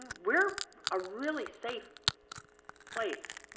we're a really safe place.